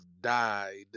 died